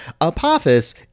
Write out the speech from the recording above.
Apophis